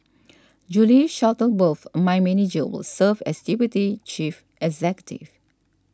Julie Shuttleworth a mine manager will serve as deputy chief executive